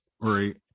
right